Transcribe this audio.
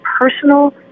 personal